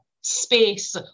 space